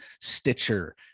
stitcher